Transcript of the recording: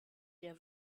der